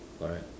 correct